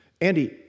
Andy